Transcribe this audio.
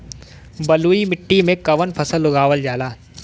बलुई मिट्टी में कवन फसल उगावल जाला?